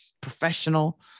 professional